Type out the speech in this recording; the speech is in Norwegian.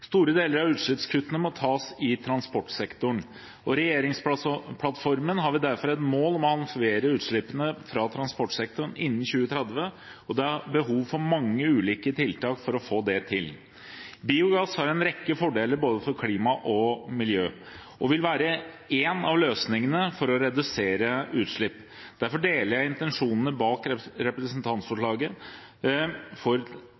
Store deler av utslippskuttene må tas i transportsektoren. I regjeringsplattformen har vi derfor et mål om å halvere utslippene fra transportsektoren innen 2030, og det er behov for mange ulike tiltak for å få det til. Biogass har en rekke fordeler for både klima og miljø og vil være én av løsningene for å redusere utslipp. Derfor deler jeg intensjonene bak representantforslaget. For